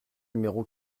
numéro